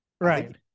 Right